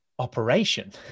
operation